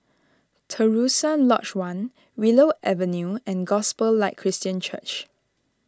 Terusan Lodge one Willow Avenue and Gospel Light Christian Church